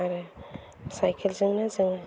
आरो साइकेलजोंनो जों